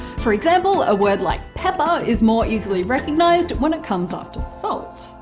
for example, a word like pepper is more easily recognised when it comes after salt.